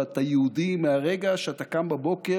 אבל אתה יהודי מהרגע שאתה קם בבוקר